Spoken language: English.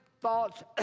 thoughts